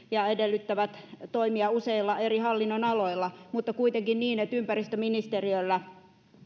ja edellyttävät toimia useilla eri hallinnonaloilla mutta kuitenkin niin että ympäristöministeriöllä